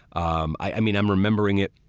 um i mean, i'm remembering it,